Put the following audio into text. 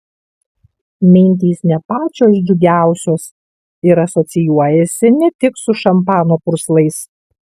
mintys ne pačios džiugiausios ir asocijuojasi ne tik su šampano purslais